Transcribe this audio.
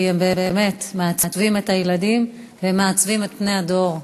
כי הם באמת מעצבים את הילדים ומעצבים את פני הדור.